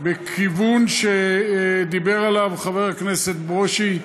בכיוון שדיבר עליו חבר הכנסת ברושי.